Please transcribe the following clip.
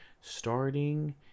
starting